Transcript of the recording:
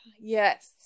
yes